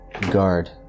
guard